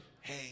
Hey